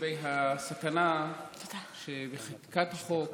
לגבי הסכנה שבחקיקת החוק